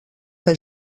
que